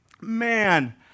man